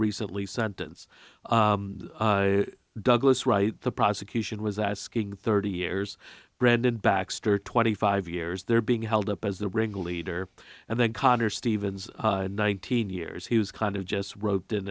recently sentence douglas right the prosecution was asking thirty years brendan baxter twenty five years they're being held up as the ringleader and then connor stephens nineteen years he was kind of just wrote th